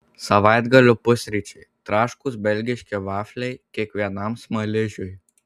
savaitgalio pusryčiai traškūs belgiški vafliai kiekvienam smaližiui